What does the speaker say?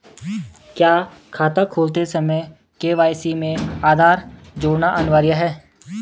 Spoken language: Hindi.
क्या खाता खोलते समय के.वाई.सी में आधार जोड़ना अनिवार्य है?